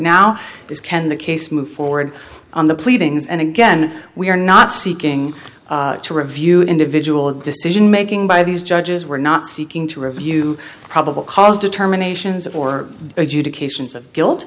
now is can the case move forward on the pleadings and again we are not seeking to review individual decision making by these judges we're not seeking to review probable cause determination is or adjudications of guilt